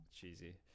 cheesy